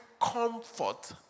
comfort